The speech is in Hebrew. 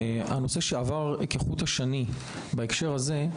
הנושא שעבר כחוט השני בהקשר הזה,